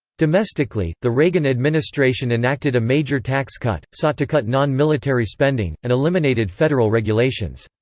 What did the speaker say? domestically, the reagan administration enacted a major tax cut, sought to cut non-military spending, and eliminated federal regulations.